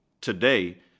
today